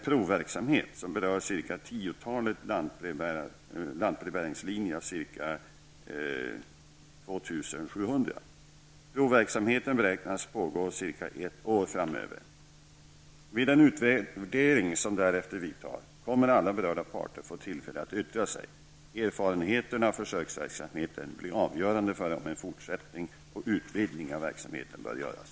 Provverksamheten beräknas pågå cirka ett år framöver. Vid den utvärdering som därefter vidtar, kommer alla berörda parter att få tillfälle att yttra sig. Erfarenheterna av försöksverksamheten blir avgörande för om en fortsättning och utvidgning av verksamheten bör göras.